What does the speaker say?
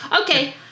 Okay